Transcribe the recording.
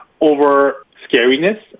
over-scariness